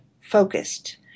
focused